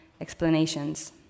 explanations